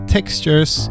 Textures